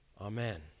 Amen